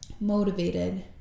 motivated